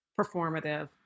performative